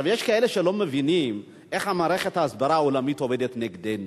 יש כאלה שלא מבינים איך מערכת ההסברה העולמית עובדת נגדנו.